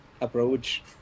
approach